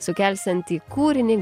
sukelsiantį kūrinį